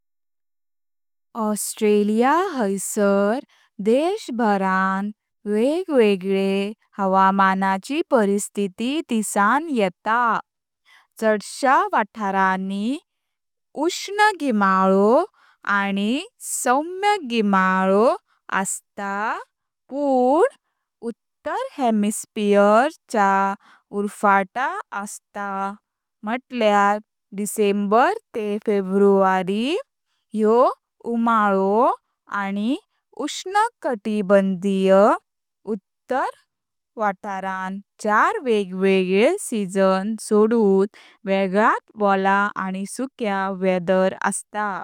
ऑस्ट्रेलिया हायसार देश भारतांत वेगवेगळे हवामानाची परिस्थीती दिसां येता। चाढशा वाथरणी उष्ण गीमाळो आनी सौम्य गीमाळो आस्ता पुन्न उत्तर हेमिस्फेयर च्या उर्फाट आस्ता म्हुटल्यार डिसेंबर तेह फेब्रुवारी ह्यो उमाळो आनी उष्ण कटिबंधीय उत्तर वाथरणत चार वेगवेगळे सीझन सोडून वेगळत वोल आनी सुक्या वेदर आस्ता।